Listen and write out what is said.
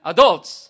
Adults